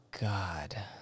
God